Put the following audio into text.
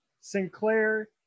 Sinclair